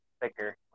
thicker